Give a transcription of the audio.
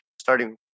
starting